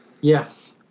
yes